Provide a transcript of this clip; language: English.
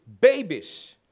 babies